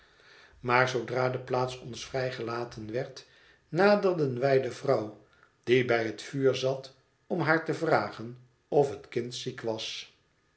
maar zoodra tiet verlaten huis de plaats ons vrij gelaten werd naderden wij de vrouw die bij het vuur zat om haar te vragen of het kind ziek was